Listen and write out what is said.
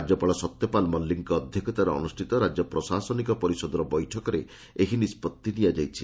ରାଜ୍ୟପାଳ ସତ୍ୟପାଲ ମଲ୍ଟିକଙ୍କ ଅଧ୍ୟକ୍ଷତାରେ ଅନୁଷ୍ଠିତ ରାଜ୍ୟ ପ୍ରଶାସନିକ ପରିଷଦର ବୈଠକରେ ଏହି ନିଷ୍କଭି ନିଆଯାଇଛି